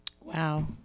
wow